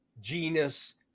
genus